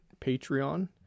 Patreon